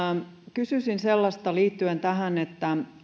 kysyisin sellaista liittyen tähän